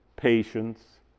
Patience